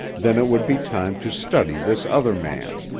then it would be time to study this other man.